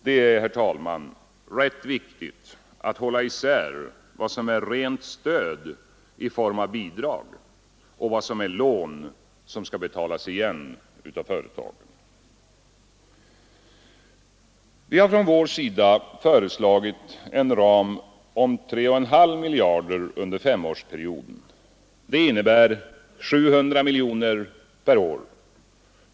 Det är, herr talman, rätt viktigt att hålla isär vad som är rent stöd i form av bidrag och vad som är lån som skall betalas igen av företagen. Vi har från vår sida föreslagit en ram om 3,5 miljarder under femårsperioden. Det innebär 700 miljoner per år.